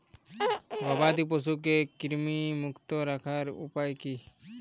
গবাদি পশুকে কৃমিমুক্ত রাখার উপায় কী?